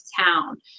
town